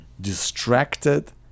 distracted